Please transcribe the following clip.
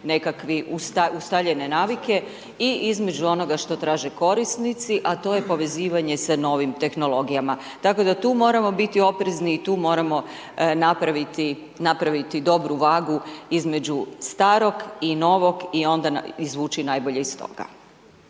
nekakve ustaljene navike i između onoga što traže korisnici, a to je povezivanje sa novim tehnologijama, tako da tu moramo biti oprezni i tu moramo napraviti dobru vagu između starog i novog i onda izvući najbolje iz toga.